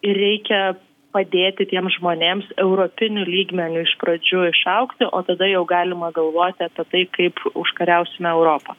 ir reikia padėti tiems žmonėms europiniu lygmeniu iš pradžių išaugti o tada jau galima galvoti apie tai kaip užkariausime europą